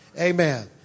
Amen